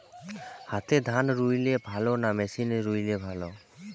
হাতে ধান রুইলে ভালো না মেশিনে রুইলে ভালো?